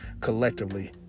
collectively